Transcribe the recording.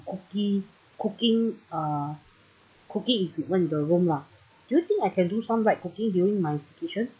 cookies cooking uh cooking equipment in the room lah do you think I can do some light cooking during my kitchen